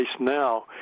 now